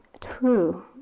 true